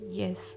yes